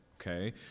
okay